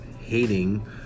hating